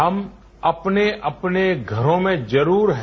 हम अपने अपने घरों में जरूर हैं